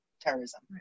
terrorism